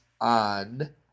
on